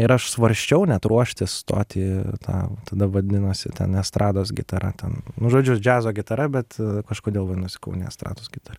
ir aš svarsčiau net ruoštis stoti tą tada vadinosi ten estrados gitara ten nu žodžiu džiazo gitara bet kažkodėl vadinosi kaune estrados gitara